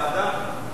ועדה.